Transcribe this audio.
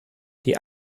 die